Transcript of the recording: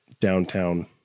downtown